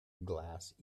glass